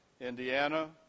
Indiana